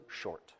short